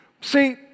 See